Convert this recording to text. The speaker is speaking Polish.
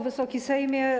Wysoki Sejmie!